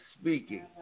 speaking